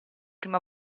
prima